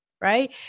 Right